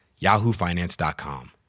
YahooFinance.com